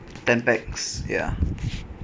ten packs ya